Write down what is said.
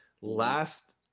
Last